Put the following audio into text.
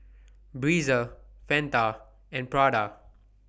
Breezer Fanta and Prada